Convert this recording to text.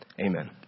Amen